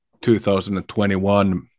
2021